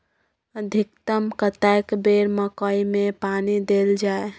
अधिकतम कतेक बेर मकई मे पानी देल जाय?